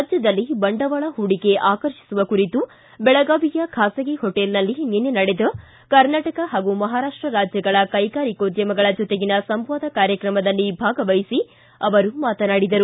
ರಾಜ್ಯದಲ್ಲಿ ಬಂಡವಾಳ ಹೂಡಿಕೆ ಆಕರ್ಷಿಸುವ ಕುರಿತು ಬೆಳಗಾವಿಯ ಖಾಸಗಿ ಹೋಟೆಲ್ನಲ್ಲಿ ನಿನ್ನೆ ನಡೆದ ಕರ್ನಾಟಕ ಹಾಗೂ ಮಹಾರಾಷ್ಟ ರಾಜ್ಯಗಳ ಕೈಗಾರಿಕೋದ್ಯಮಿಗಳ ಜತೆಗಿನ ಸಂವಾದ ಕಾರ್ಯಕ್ರಮದಲ್ಲಿ ಭಾಗವಹಿಸಿ ಅವರು ಮಾತನಾಡಿದರು